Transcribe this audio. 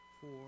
four